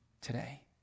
today